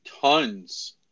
tons